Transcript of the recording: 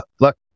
Look